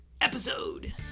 episode